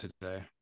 today